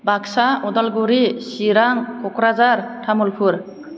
Baksa Udalguri Chirang Kokrajhar Tamulpur